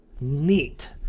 neat